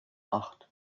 acht